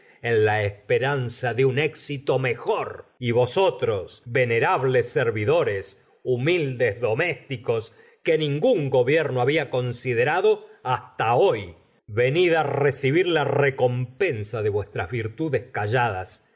en la esperanza de un éxito mejor y vosotros venerables servidores humildes domésticos que ningún gobierno habla considerado hasta hoy venid recibir la recompensa de vuestras virtudes calladas